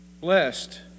Blessed